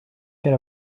get